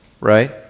right